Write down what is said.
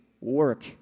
work